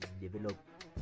develop